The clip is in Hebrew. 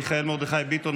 מיכאל מרדכי ביטון,